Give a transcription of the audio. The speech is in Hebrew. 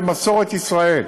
במסורת ישראל.